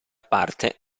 parte